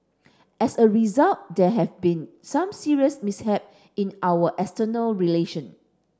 as a result there have been some serious mishap in our external relation